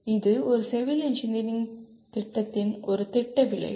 இது ஒரு civil engineering திட்டத்தின் ஒரு திட்ட விளைவு